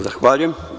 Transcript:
Zahvaljujem.